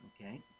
Okay